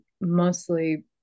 mostly